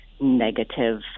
Negative